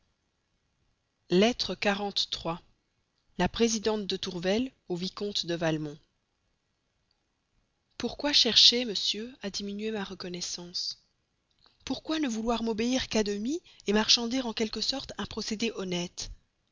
lettre xlii la présidente tourvel au vicomte de valmont pourquoi chercher monsieur à diminuer ma reconnaissance pourquoi ne vouloir m'obliger qu'à demi marchander en quelque sorte un procédé honnête